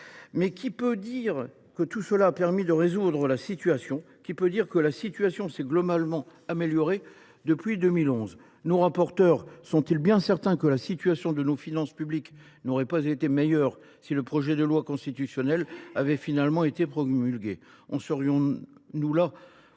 Mais qui peut dire que tout cela a permis de résoudre la crise budgétaire ? Qui peut dire que la situation s’est globalement améliorée depuis 2011 ? Nos rapporteurs sont ils bien certains que la situation de nos finances publiques n’aurait pas été meilleure si le projet de loi constitutionnelle avait été finalement promulgué ?